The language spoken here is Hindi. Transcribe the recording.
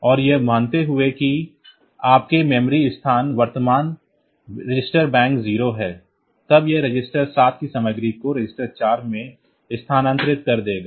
और यह मानते हुए कि आपके मेमोरी स्थान वर्तमान रजिस्टर बैंक 0 हैं तब यह रजिस्टर 7 की सामग्री को रजिस्टर 4 में स्थानांतरित कर देगा